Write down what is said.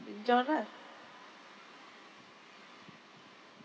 with john lah